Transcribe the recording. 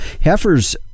heifers